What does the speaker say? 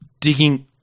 digging